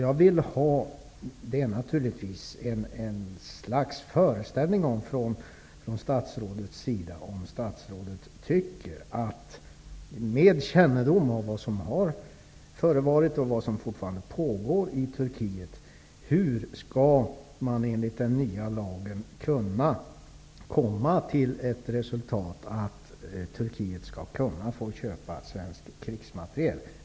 Jag vill ha en antydan från statsrådet -- med kännedom om vad som har förevarit och vad som fortfarande pågår i Turkiet -- om hur man enligt den nya lagen kan komma till det resultatet att Turkiet skall få köpa svensk krigsmateriel.